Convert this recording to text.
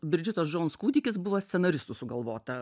bridžitos džouns kūdikis buvo scenaristų sugalvota